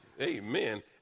Amen